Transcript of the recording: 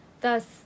Thus